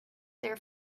there